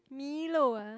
Milo ah